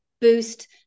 boost